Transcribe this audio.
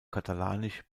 katalanisch